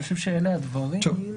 אני חושב שאלה הדברים.